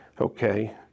okay